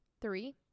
three